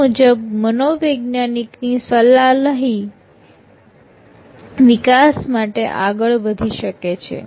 તેના મુજબ મનોવૈજ્ઞાનિક ની સલાહ લઈ વિકાસ માટે આગળ વધી શકે છે